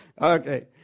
Okay